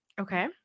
Okay